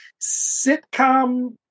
sitcom